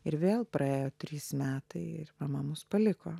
ir vėl praėjo trys metai ir mama mus paliko